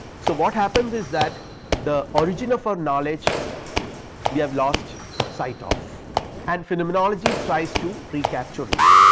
so what happens is that the origin of our knowledge we have lost sight of and phenomenology tries to recapture it.